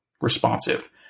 responsive